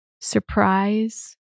surprise